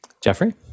jeffrey